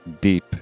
deep